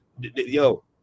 yo